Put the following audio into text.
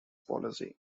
policy